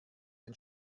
ein